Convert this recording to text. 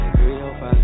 305